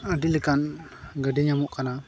ᱟᱹᱰᱤ ᱞᱮᱠᱟᱱ ᱜᱟᱹᱰᱤ ᱧᱟᱢᱚᱜ ᱠᱟᱱᱟ